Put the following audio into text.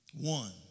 One